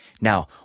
Now